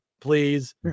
please